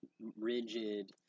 rigid